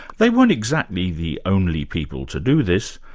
they weren't exactly the only people to do this,